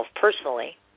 personally